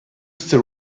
still